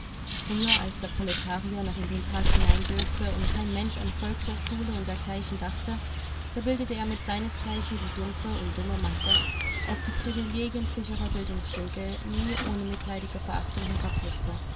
früher als der proletarier noch in den tag hineindöste und kein mensch an volkshochschule und dergleichen dachte da bildete er mit seinesgleichen die dumpfe und dumme masse auf die privilegiensicherer bildungsdünkel nie ohne mitleidige verachtung